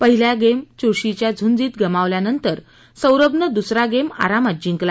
पहिला गेम चुरशीच्या झुंजीत गमावल्यानंतर सौरभनं दुसरा गेम आरामात जिंकला